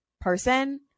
person